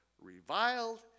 reviled